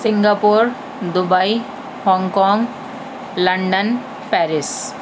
Singapore Dubai Hong Kong London Paris